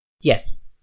Yes